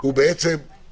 זה או